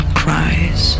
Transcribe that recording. cries